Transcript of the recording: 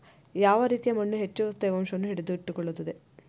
ಯಾವ ರೀತಿಯ ಮಣ್ಣು ಹೆಚ್ಚು ತೇವಾಂಶವನ್ನು ಹಿಡಿದಿಟ್ಟುಕೊಳ್ಳುತ್ತದೆ?